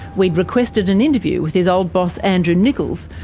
we'd requested an interview with his old boss andrew nickolls,